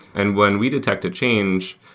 and when we detect a change,